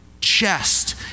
chest